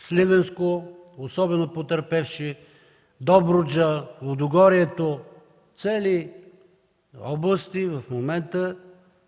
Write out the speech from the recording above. Сливенско – особено потърпевши, Добруджа, Лудогорието. Цели области в момента